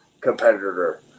competitor